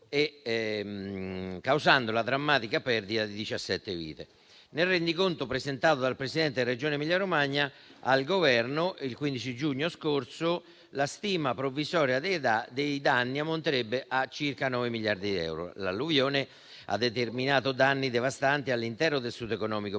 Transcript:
causando la drammatica perdita di diciassette vite. Nel rendiconto presentato dal Presidente della Regione Emilia-Romagna al Governo il 15 giugno scorso, la stima provvisoria dei danni ammonterebbe a circa 9 miliardi di euro. L'alluvione ha determinato danni devastanti all'intero tessuto economico e